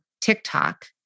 TikTok